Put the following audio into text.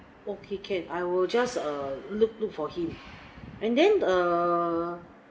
okay can I will just err look look for him and then err